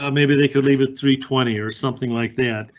um maybe they could leave at three twenty or something like that,